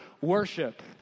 worship